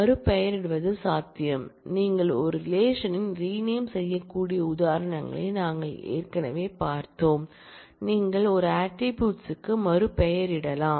மறுபெயரிடுவது சாத்தியம் நீங்கள் ஒரு ரிலேஷன் ன் ரீநேம் செய்யக்கூடிய உதாரணங்களை நாங்கள் ஏற்கனவே பார்த்தோம் நீங்கள் ஒரு ஆட்ரிபூட்ஸ் க்கு மறுபெயரிடலாம்